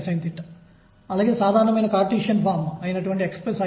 p అనేది ద్రవ్యవేగం